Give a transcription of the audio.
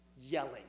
yelling